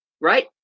right